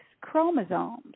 chromosomes